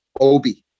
obi